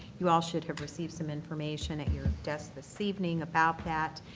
you all should have received some information at your desks this evening about that.